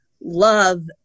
love